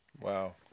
Wow